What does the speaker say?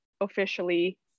officially